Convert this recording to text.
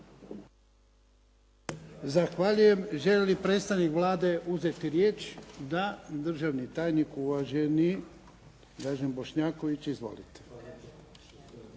Zahvaljujem. Želi li predstavnik Vlade uzeti riječ? Da. Državni tajnik, uvaženi Dražen Bošnjaković. Izvolite.